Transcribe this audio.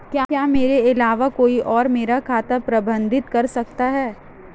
क्या मेरे अलावा कोई और मेरा खाता प्रबंधित कर सकता है?